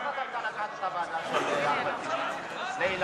תודה